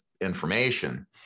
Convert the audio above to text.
information